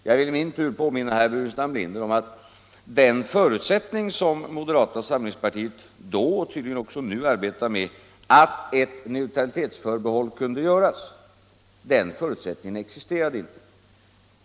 Jag vill i min tur påminna herr Burenstam Linder om att den förutsättning som moderata samlingspartiet då, och tydligen också nu, arbetade med — att ett neutralitetsförbehåll kunde göras — inte existerade.